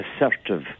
assertive